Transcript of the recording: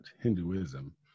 hinduism